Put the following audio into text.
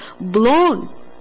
Blown